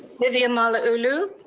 vivian malauulu?